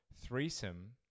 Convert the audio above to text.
threesome